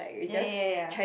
ya ya ya ya